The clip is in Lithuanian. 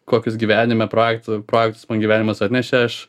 kokius gyvenime projektų projektus man gyvenimas atnešė aš